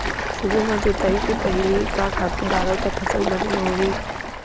सुरु म जोताई के पहिली का खातू डारव त फसल बने होही?